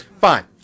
fine